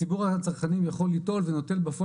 ציבור הצרכנים יכול ליטול ונוטל בפועל